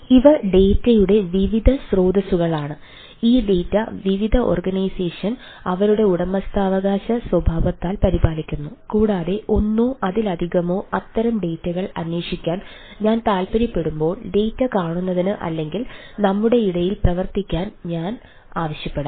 ഇവ ഡാറ്റ കാണുന്നതിന് അല്ലെങ്കിൽ ഞങ്ങളുടെ ഇടയിൽ പ്രവർത്തിക്കാൻ ഞാൻ ആവശ്യപ്പെടാം